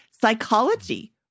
Psychology